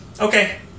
Okay